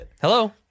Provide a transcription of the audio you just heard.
Hello